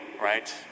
right